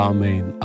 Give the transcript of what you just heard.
Amen